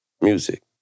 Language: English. Music